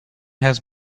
has